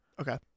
Okay